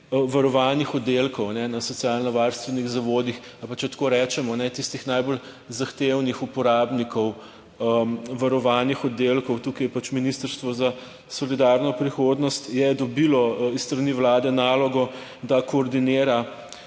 varovanih oddelkov na socialnovarstvenih zavodih, ali pa če tako rečemo, tistih najbolj zahtevnih uporabnikov varovanih oddelkov. Tukaj je Ministrstvo za solidarno prihodnost dobilo s strani Vlade nalogo, da koordinira